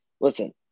listen